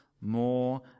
more